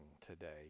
today